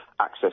access